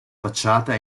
facciata